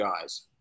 guys